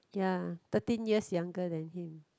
ya thirteen years younger than him